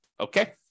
Okay